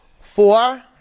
Four